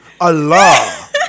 Allah